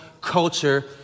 culture